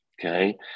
Okay